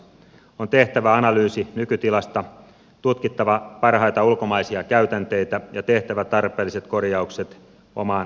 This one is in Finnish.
on tehtävä analyysi nykytilasta tutkittava parhaita ulkomaisia käytänteitä ja tehtävä tarpeelliset korjaukset omaan lainsäädäntöömme